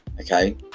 Okay